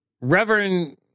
Reverend